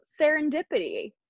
serendipity